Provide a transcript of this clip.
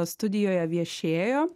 studijoje viešėjo